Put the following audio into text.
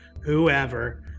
whoever